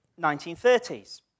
1930s